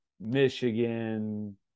Michigan